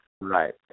Right